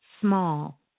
small